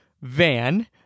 van